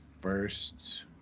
first